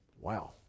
Wow